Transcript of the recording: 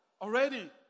already